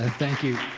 ah thank you.